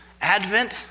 Advent